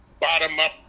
bottom-up